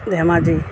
Dhemaji